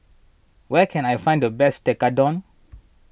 where can I find the best Tekkadon